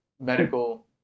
medical